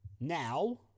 Now